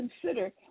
consider